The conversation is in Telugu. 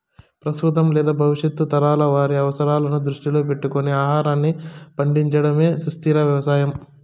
ప్రస్తుతం లేదా భవిష్యత్తు తరాల వారి అవసరాలను దృష్టిలో పెట్టుకొని ఆహారాన్ని పండించడమే సుస్థిర వ్యవసాయం